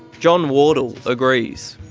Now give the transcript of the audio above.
john wardle agrees.